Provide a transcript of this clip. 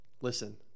Listen